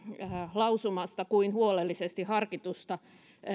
lausumasta kuin huolellisesti harkitusta